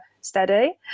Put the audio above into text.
steady